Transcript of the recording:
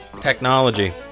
technology